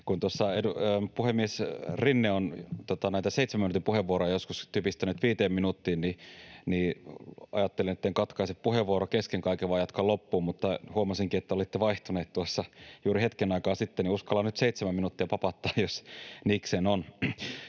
Kun puhemies Rinne on näitä 7 minuutin puheenvuoroja joskus typistänyt 5 minuuttiin, niin ajattelin, etten katkaise puheenvuoroa kesken kaiken vaan jatkan loppuun, mutta kun huomasinkin, että olitte vaihtuneet tuossa juuri hetken aikaa sitten, niin uskallan nyt 7 minuuttia papattaa, jos niikseen on.